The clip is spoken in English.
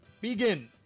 Begin